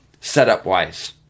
setup-wise